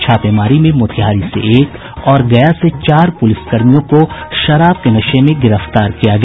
छापेमारी में मोतिहारी से एक और गया से चार पुलिसकर्मियों को शराब के नशे में गिरफ्तार किया गया